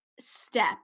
step